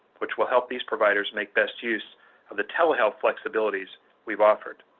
which will help these providers make best use of the telehealth flexibilities we've offered.